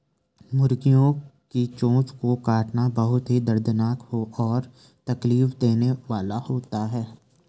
मुर्गियों की चोंच को काटना बहुत ही दर्दनाक और तकलीफ देने वाला होता है